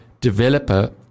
developer